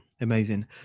Amazing